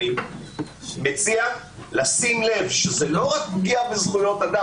אני מציע לשים לב שזאת לא רק פגיעה בזכויות אדם